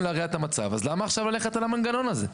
להרע את המצב אז למה ללכת על המנגנון הזה,